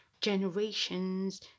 generations